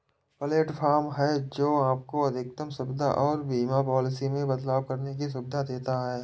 platform है, जो आपको अधिकतम सुविधा और बीमा पॉलिसी में बदलाव करने की सुविधा देता है